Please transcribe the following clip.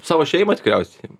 savo šeimą tikriausiai